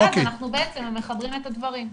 ואז אנחנו בעצם מחברים את הדברים.